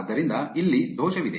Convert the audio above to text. ಆದ್ದರಿಂದ ಇಲ್ಲಿ ದೋಷವಿದೆ